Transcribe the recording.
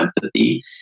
empathy